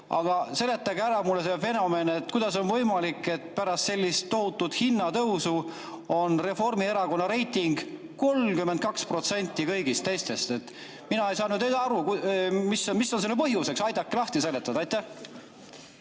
Aga seletage ära mulle see fenomen, kuidas on võimalik, et pärast sellist tohutut hinnatõusu on Reformierakonna reiting 32%! Mina ei saa aru, mis on selle põhjuseks. Aidake lahti seletada! Aitäh!